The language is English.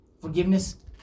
Forgiveness